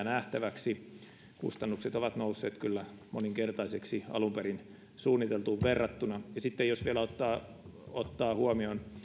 nähtäväksi kustannukset ovat nousseet kyllä moninkertaisiksi alun perin suunniteltuun verrattuna sitten jos vielä ottaa ottaa huomioon